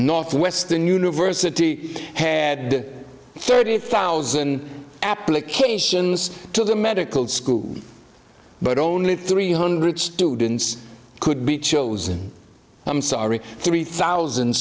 northwestern university had thirty thousand applications to the medical school but only three hundred students could be chosen i'm sorry three thousand